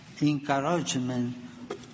encouragement